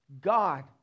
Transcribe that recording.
God